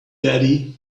daddy